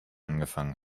angefangen